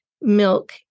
milk